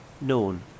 known